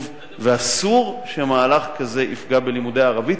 ואסור שמהלך כזה יפגע בלימודי ערבית.